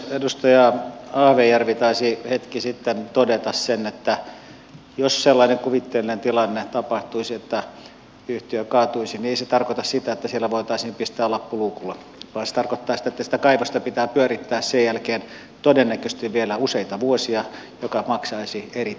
edustaja ahvenjärvi taisi hetki sitten todeta sen että jos sellainen kuvitteellinen tilanne tapahtuisi että yhtiö kaatuisi niin ei se tarkoita sitä että siellä voitaisiin pistää lappu luukulle vaan se tarkoittaa sitä että sitä kaivosta pitää pyörittää sen jälkeen todennäköisesti vielä useita vuosia mikä maksaisi erittäin paljon